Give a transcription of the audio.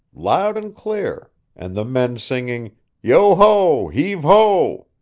loud and clear, and the men singing yo-ho, heave-ho!